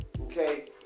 okay